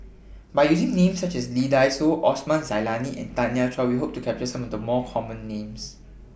By using Names such as Lee Dai Soh Osman Zailani and Tanya Chua We Hope to capture Some of The Common Names